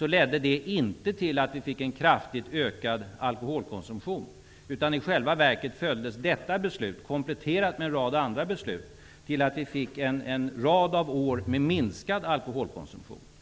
ledde det inte till en kraftigt ökad alkoholkonsumtion. I själva verket följdes detta beslut, kompletterat med en rad andra beslut, av minskad alkoholkonsumtion under en rad år.